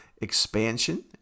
expansion